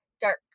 dark